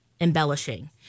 embellishing